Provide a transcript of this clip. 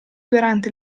durante